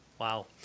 Wow